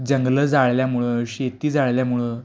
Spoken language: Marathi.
जंगलं जाळल्यामुळं शेती जाळल्यामुळं